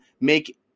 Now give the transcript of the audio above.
make